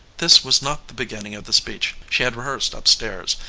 this was not the beginning of the speech she had rehearsed up-stairs,